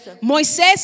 Moisés